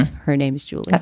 her name is julie.